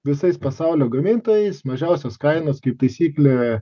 visais pasaulio gamintojais mažiausios kainos kaip taisyklė